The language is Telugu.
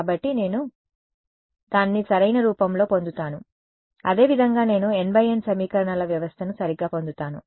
కాబట్టి నేను దానిని సరైన రూపంలో పొందుతాను అదే విధంగా నేను నా N × N సమీకరణాల వ్యవస్థను సరిగ్గా పొందుతాను